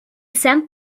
sent